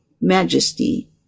majesty